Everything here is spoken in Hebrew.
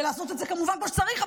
ולעשות את זה כמובן כמו שצריך.